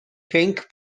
pinc